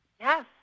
Yes